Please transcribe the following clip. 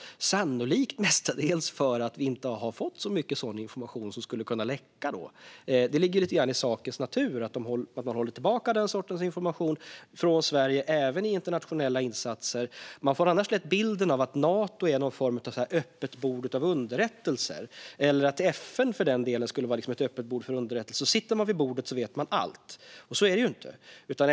Det är sannolikt därför att vi inte har fått sådan information som kan läckas. Det ligger lite grann i sakens natur att de håller tillbaka den sortens information från Sverige även i internationella insatser. Man får annars lätt bilden av att Nato är ett öppet bord av underrättelser eller att FN skulle vara ett öppet bord av underrättelser - sitter man vid bordet vet man allt. Så är det inte.